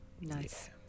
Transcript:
Nice